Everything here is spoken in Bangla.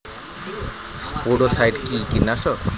স্পোডোসাইট কি কীটনাশক?